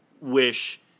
wish